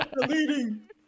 deleting